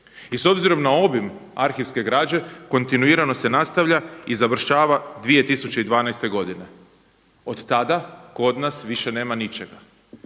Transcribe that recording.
i s obzirom na obim arhivske građe kontinuirano se nastavlja i završava 2012. godine. Od tada kod nas više nema ničega.